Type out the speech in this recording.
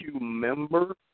member